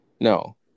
No